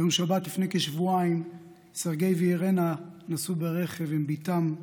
ביום שבת לפני כשבועיים סרגיי ואירנה נסעו ברכב עם בתם,